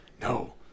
No